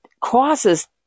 causes